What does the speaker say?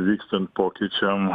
vykstant pokyčiam